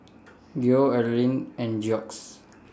Geoff Allyn and Jax